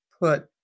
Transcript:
put